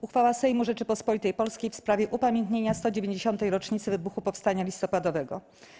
Uchwała Sejmu Rzeczypospolitej Polskiej w sprawie upamiętnienia 190. rocznicy wybuchu Powstania Listopadowego.